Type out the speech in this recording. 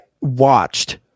watched